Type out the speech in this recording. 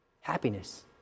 Happiness